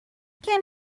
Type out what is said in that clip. can